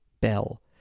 Bell